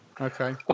Okay